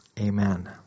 Amen